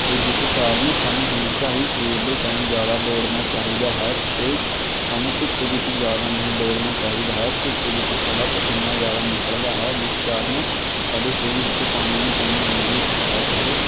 ਅਤੇ ਜਿਸ ਕਾਰਨ ਸਾਨੂੰ ਹਮੇਸ਼ਾਂ ਹੀ ਸਵੇਰ ਦੇ ਟਾਈਮ ਜ਼ਿਆਦਾ ਦੌੜਨਾ ਚਾਹੀਦਾ ਹੈ ਅਤੇ ਸਾਨੂੰ ਧੁੱਪ ਵਿੱਚ ਜ਼ਿਆਦਾ ਨਹੀਂ ਦੌੜਨਾ ਚਾਹੀਦਾ ਹੈ ਧੁੱਪ ਵਿੱਚ ਸਾਡਾ ਪਸੀਨਾ ਜ਼ਿਆਦਾ ਨਿਕਲਦਾ ਹੈ ਜਿਸ ਕਾਰਨ ਸਾਡੇ ਸਰੀਰ ਵਿੱਚ ਪਾਣੀ ਦੀ ਕਮੀ ਆਉਂਦੀ ਹੈ ਅਤੇ